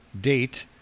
date